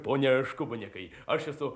pone škubanėkai aš esu